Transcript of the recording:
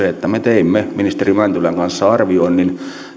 me teimme ministeri mäntylän kanssa arvioinnin